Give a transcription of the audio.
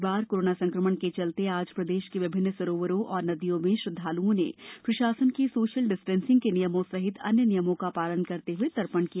इस बार कोरोना संकमण के चलते आज प्रदेश के विभिन्न सरोवरों और नदियों में श्रद्वालुओं ने प्रशासन के सोशल डिस्टेंसिंग के नियमों सहित अन्य नियमों का पालन करते हुए तर्पण किया